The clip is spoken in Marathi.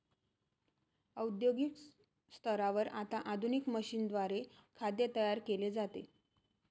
औद्योगिक स्तरावर आता आधुनिक मशीनद्वारे खाद्य तयार केले जाते